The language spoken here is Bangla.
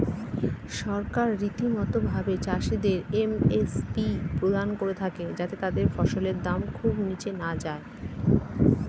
সরকার রীতিমতো ভাবে চাষিদের এম.এস.পি প্রদান করে থাকে যাতে তাদের ফসলের দাম খুব নীচে না যায়